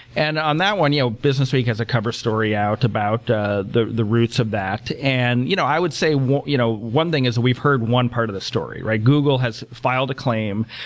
and on that one, you know business week has a cover story out about ah the the roots of that. and you know i would say one you know one thing is we've heard one part of the story. google has filed a claim.